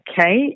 Okay